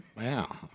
Wow